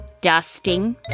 dusting